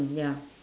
mm ya